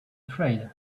afraid